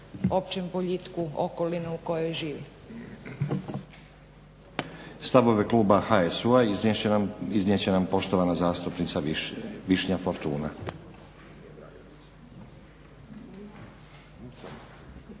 općem boljitku okoline u kojoj žive. **Stazić, Nenad (SDP)** Stavove kluba HSU-a iznijet će nam poštovana zastupnica Višnja Fortuna.